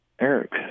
Eric